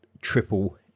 triple